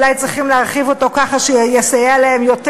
אולי צריך להרחיב אותו כך שיסייע להם יותר